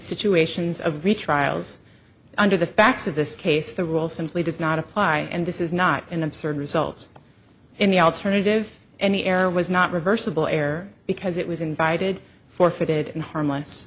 situations of three trials under the facts of this case the rule simply does not apply and this is not an absurd result in the alternative and the error was not reversible error because it was invited forfeited and harmless